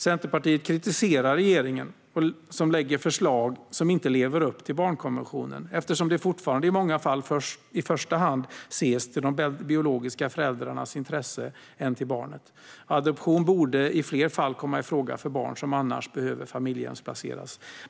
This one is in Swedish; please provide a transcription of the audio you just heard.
Centerpartiet kritiserar regeringen för att den lägger fram förslag som inte lever upp till barnkonventionen; fortfarande ses det i många fall i första hand till de biologiska föräldrarnas intressen snarare än till barnets. Adoption borde i fler fall komma i fråga för barn som annars behöver familjehemsplaceras.